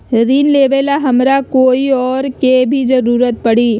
ऋन लेबेला हमरा कोई और के भी जरूरत परी?